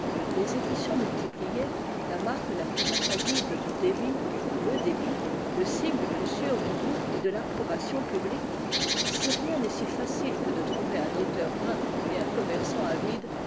les éditions multipliées la marque la plus infaillible du débit le débit le signe le plus sûr du goût et de l'approbation publique si rien n'est si facile que de trouver un auteur vain et un commerçant avide